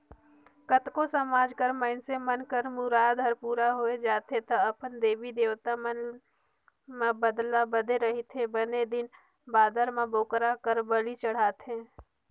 कतको समाज कर मइनसे मन कर मुराद हर पूरा होय जाथे त अपन देवी देवता मन म बदना बदे रहिथे बने दिन बादर म बोकरा कर बली चढ़ाथे